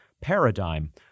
paradigm